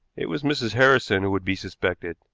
it was mrs. harrison who would be suspected,